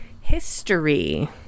history